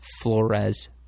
Flores